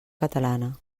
catalana